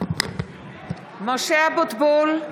משה אבוטבול,